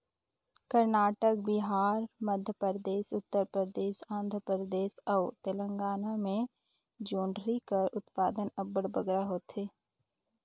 करनाटक, बिहार, मध्यपरदेस, उत्तर परदेस, आंध्र परदेस अउ तेलंगाना में जोंढरी कर उत्पादन अब्बड़ बगरा होथे